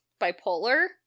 bipolar